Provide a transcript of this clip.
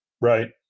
right